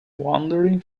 wandering